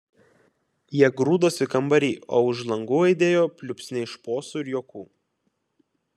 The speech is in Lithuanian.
jie grūdosi kambary o už langų aidėjo pliūpsniai šposų ir juokų